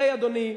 הרי, אדוני,